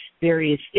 various